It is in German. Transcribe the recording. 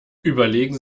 überlegen